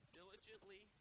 diligently